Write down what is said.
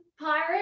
pirate